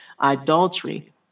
idolatry